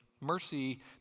Mercy